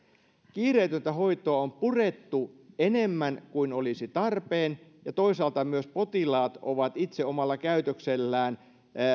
kiireetöntä hoitoa on purettu enemmän kuin olisi tarpeen ja toisaalta myös potilaat ovat itse omalla käytöksellään